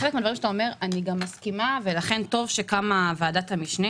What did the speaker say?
שאני מסכימה עם חלק מהדברים שאתה אומר ולכן הוקמה ועדת משנה,